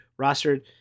rostered